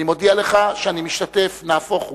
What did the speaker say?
אני מודיע לך שאני משתתף, נהפוך הוא,